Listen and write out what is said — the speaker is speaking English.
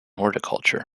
horticulture